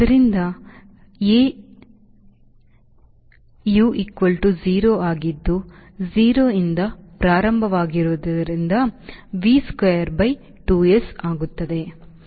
ಆದ್ದರಿಂದ a U 0 ಆಗಿದ್ದು 0 ರಿಂದ ಪ್ರಾರಂಭವಾಗುವುದರಿಂದ V square by 2s